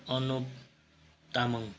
Anup Tamang